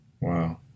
Wow